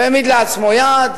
הוא העמיד לעצמו יעד,